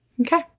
Okay